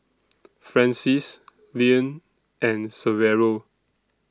Francies Leann and Severo